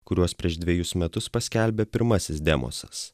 kuriuos prieš dvejus metus paskelbė pirmasis demosas